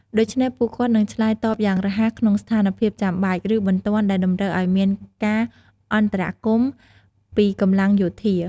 ដូច្នេះ ពួកគាត់នឹងឆ្លើយតបយ៉ាងរហ័សក្នុងស្ថានភាពចាំបាច់ ឬបន្ទាន់ដែលតម្រូវឲ្យមានការអន្តរាគមន៍ពីកម្លាំងយោធា។